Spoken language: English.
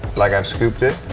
like i've scooped it.